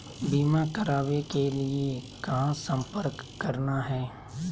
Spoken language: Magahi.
बीमा करावे के लिए कहा संपर्क करना है?